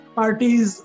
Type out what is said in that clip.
parties